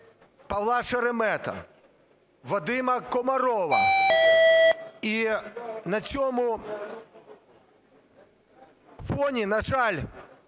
Павла Шеремета, Вадима Комарова. І на цьому фоні, на жаль,